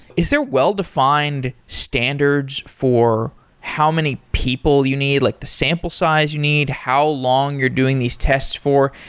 is there well-defined standards for how many people you need, like the sample size you need, how long you're doing these tests for?